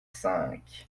cinq